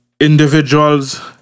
Individuals